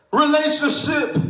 relationship